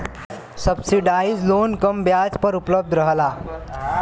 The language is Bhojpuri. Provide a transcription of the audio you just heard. सब्सिडाइज लोन कम ब्याज पर उपलब्ध रहला